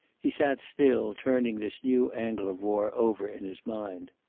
he sat still, turning this new angle of war over in his mind.